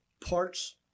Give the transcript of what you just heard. parts